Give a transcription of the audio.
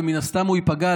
ומן הסתם הוא ייפגע,